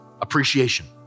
appreciation